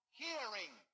hearing